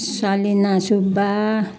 Salina Subba